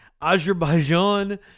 azerbaijan